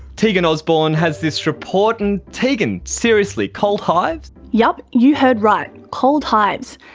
tegan osborne has this report. and tegan, seriously, cold hives? yep, you heard right, cold hives.